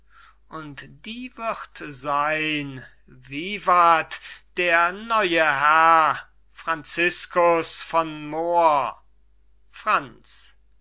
und die wird seyn vivat der neue herr franciskus von moor franz